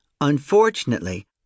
Unfortunately